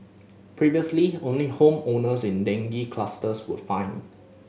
previously only home owners in dengue clusters were fined